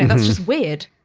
and that's just weird.